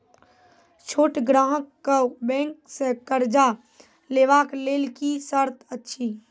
छोट ग्राहक कअ बैंक सऽ कर्ज लेवाक लेल की सर्त अछि?